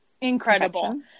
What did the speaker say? incredible